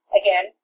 again